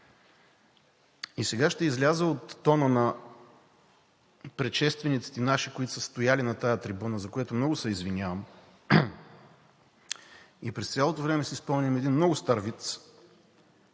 И сега ще изляза от тона на нашите предшественици, които са стояли на тази трибуна, за което много се извинявам, и през цялото време си спомням един много стар виц